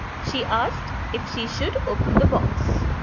she asked if she should open the box.